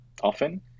often